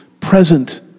present